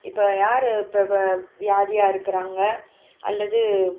இப்போ யார் இப்போ வியாதியாக இருக்கிறாங்க அல்லது